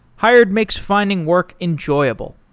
hired makes finding work enjoyable.